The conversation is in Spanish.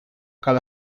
cada